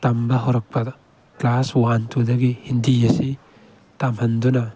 ꯇꯝꯕ ꯍꯧꯔꯛꯄꯗ class one ꯇꯨꯗꯒꯤ ꯍꯤꯟꯗꯤ ꯑꯁꯤ ꯇꯝꯍꯟꯗꯨꯅ